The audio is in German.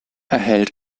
erhält